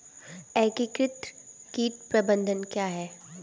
एकीकृत कीट प्रबंधन क्या है?